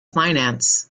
finance